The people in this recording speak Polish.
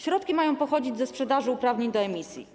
Środki mają pochodzić ze sprzedaży uprawnień do emisji.